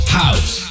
house